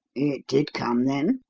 it did come, then?